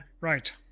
Right